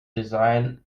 design